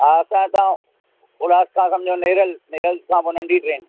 हा असां हितां उल्हास खां सम्झो नेरल नेरल खां पोइ नंढी ट्रेन